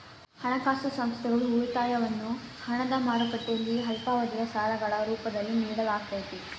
ಹಣಕಾಸು ಸಂಸ್ಥೆಗಳು ಉಳಿತಾಯವನ್ನು ಹಣದ ಮಾರುಕಟ್ಟೆಯಲ್ಲಿ ಅಲ್ಪಾವಧಿಯ ಸಾಲಗಳ ರೂಪದಲ್ಲಿ ನಿಡಲಾಗತೈತಿ